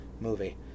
movie